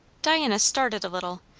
diana started a little,